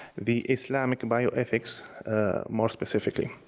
the islamic bioethics more specifically.